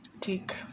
take